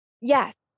Yes